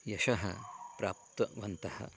यशः प्राप्तवन्तः